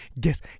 Guess